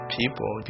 people